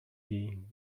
been